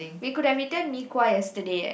we could have eaten mee-kuah yesterday eh